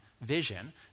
vision